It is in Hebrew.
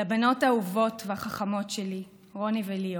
לבנות האהובות והחכמות שלי רוני וליאור,